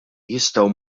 jistgħu